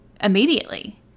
immediately